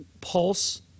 pulse